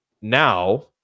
now